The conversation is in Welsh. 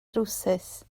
drywsus